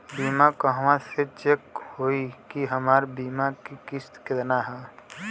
बीमा कहवा से चेक होयी की हमार बीमा के किस्त केतना ह?